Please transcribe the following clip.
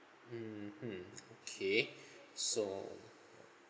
mmhmm okay so